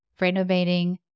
renovating